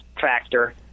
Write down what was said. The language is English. factor